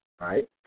right